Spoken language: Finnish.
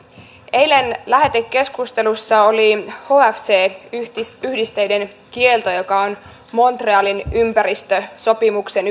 eilen lähetekeskustelussa oli hfc yhdisteiden kielto joka on yksi montrealin ympäristösopimuksen